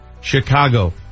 Chicago